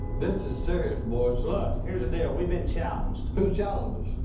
this is serious, boys look, here's the deal. we've been challenged. who challenged us?